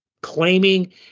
claiming